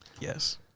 yes